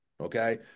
okay